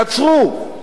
קצרו,